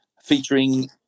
featuring